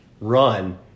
run